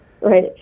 Right